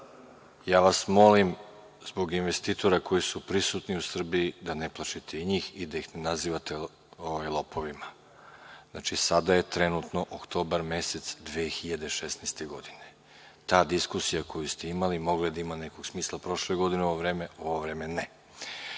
Ja vas molim, zbog investitora koji su prisutni u Srbiji, da ne plašite i njih i da ih ne nazivate lopovima. Znači, sada je trenutno oktobar mesec 2016. godine. Ta diskusija koju ste imali mogla je da ima nekog smisla prošle godine, ali u ovo vreme ne.